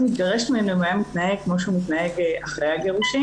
מתגרשת ממנו אם הוא היה מתנהג כמו שהוא מתנהג אחרי הגירושין.